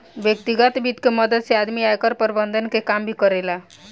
व्यतिगत वित्त के मदद से आदमी आयकर प्रबंधन के काम भी करेला